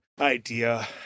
idea